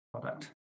product